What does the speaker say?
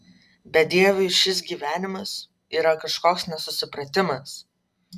bedieviui šis gyvenimas yra kažkoks nesusipratimas